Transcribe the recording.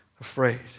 afraid